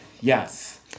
Yes